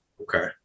Okay